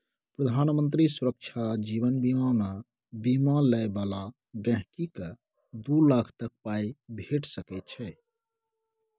प्रधानमंत्री सुरक्षा जीबन बीमामे बीमा लय बला गांहिकीकेँ दु लाख तक पाइ भेटि सकै छै